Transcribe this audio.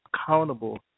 accountable